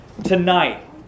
Tonight